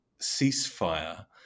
ceasefire